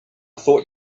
thought